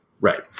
Right